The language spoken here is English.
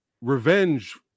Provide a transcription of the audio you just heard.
revenge